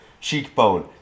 Cheekbone